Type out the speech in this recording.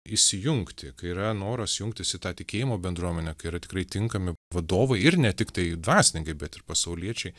įsijungti kai yra noras jungtis į tą tikėjimo bendruomenę kai yra tikrai tinkami vadovai ir ne tiktai dvasininkai bet ir pasauliečiai